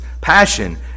passion